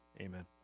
amen